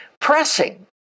pressing